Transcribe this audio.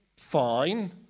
fine